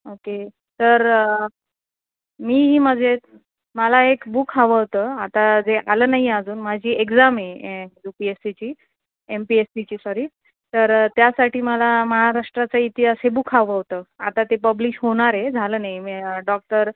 okay तर मीही मजेत मला एक बुक हवं होतं आता जे आलं नाही आहे अजून माझी एक्झाम आहे यू पी एस सी ची एम पी एस सीची सॉरी तर त्यासाठी मला महाराष्ट्राचा इतिहास हे बुक हवं होतं आता ते पब्लिश होणार आहे झालं नाही मी डॉक्टर